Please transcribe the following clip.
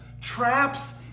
traps